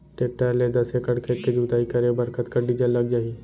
Tractor ले दस एकड़ खेत के जुताई करे बर कतका डीजल लग जाही?